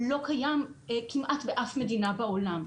לא קיים כמעט באף מדינה בעולם.